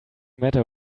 matter